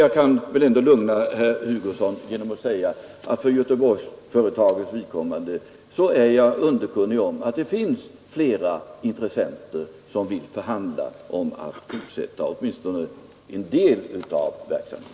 Jag kan något lugna herr Hugosson med att för Göteborgsföretagets vidkommande säga att jag är underkunnig om att det finns intressenter som vill förhandla om att fortsätta åtminstone en del av verksamheten.